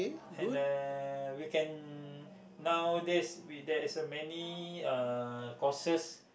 and uh you can nowadays we there is uh many courses